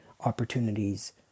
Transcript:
opportunities